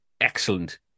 excellent